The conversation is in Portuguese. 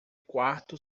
quarto